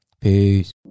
Peace